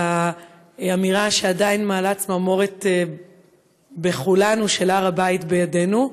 לאמירה שעדיין מעלה צמרמורת בכולנו: "הר הבית בידינו".